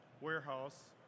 warehouse